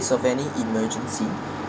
of any emergency